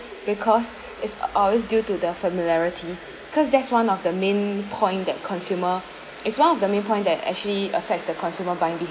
because it's uh always due to the familiarity because that's one of the main point that consumer is one of the main point that actually affects the consumer buying